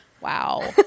wow